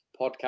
Podcast